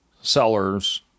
sellers